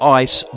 ice